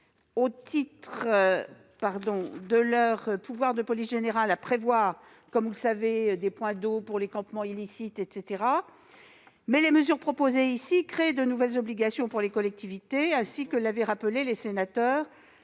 au titre de leurs pouvoirs de police générale à créer des points d'eau pour les campements illicites, entre autres. Les mesures proposées ici créent de nouvelles obligations pour les collectivités, ainsi que l'ont rappelé les sénateurs